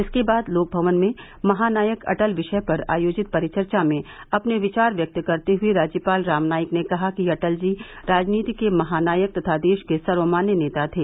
इसके बाद लोकभवन में महानायक अटल विषय पर आयोजित परिचर्चा में अपने विचार व्यक्त करते हुये राज्यपाल रामनाईक ने कहा कि अटल जी राजनीति के महानायक तथा देश के सर्वमान्य नेता थे